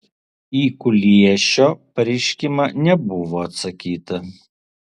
į kuliešio pareiškimą nebuvo atsakyta